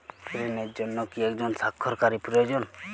ঋণের জন্য কি একজন স্বাক্ষরকারী প্রয়োজন?